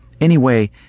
Anyway